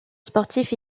sportifs